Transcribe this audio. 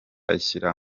ashyira